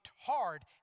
hard